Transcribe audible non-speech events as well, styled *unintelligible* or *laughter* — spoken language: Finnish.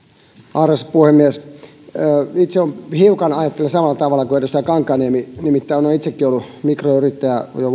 arvoisa puhemies itse ajattelen hiukan samalla tavalla kuin edustaja kankaanniemi nimittäin olen itsekin ollut mikroyrittäjä jo *unintelligible*